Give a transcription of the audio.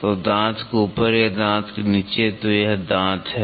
तो दाँत के ऊपर या दाँत के नीचे तो यह दाँत है